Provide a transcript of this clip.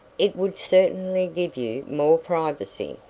it would certainly give you more privacy.